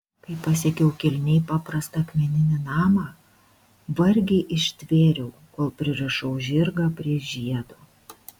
kai pasiekiau kilniai paprastą akmeninį namą vargiai ištvėriau kol pririšau žirgą prie žiedo